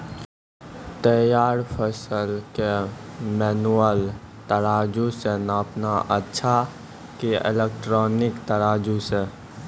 तैयार फसल के मेनुअल तराजु से नापना अच्छा कि इलेक्ट्रॉनिक तराजु से?